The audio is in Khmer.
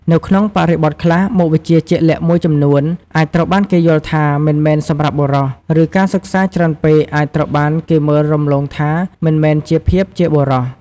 នៅក្នុងបរិបទខ្លះ មុខវិជ្ជាជាក់លាក់មួយចំនួនអាចត្រូវបានគេយល់ថា "មិនមែនសម្រាប់បុរស" ឬការសិក្សាច្រើនពេកអាចត្រូវបានគេមើលរំលងថា "មិនមែនជាភាពជាបុរស" ។